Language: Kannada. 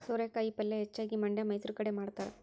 ಸೋರೆಕಾಯಿ ಪಲ್ಯೆ ಹೆಚ್ಚಾಗಿ ಮಂಡ್ಯಾ ಮೈಸೂರು ಕಡೆ ಮಾಡತಾರ